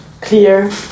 clear